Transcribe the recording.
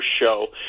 Show